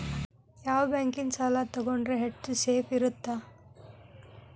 ಯಾವ ಬ್ಯಾಂಕಿನ ಸಾಲ ತಗೊಂಡ್ರೆ ಹೆಚ್ಚು ಸೇಫ್ ಇರುತ್ತಾ?